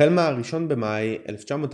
החל מ-1 במאי 1941,